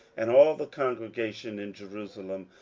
and all the congregation in jerusalem,